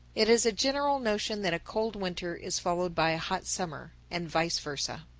it is a general notion that a cold winter is followed by a hot summer, and vice versa.